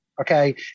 Okay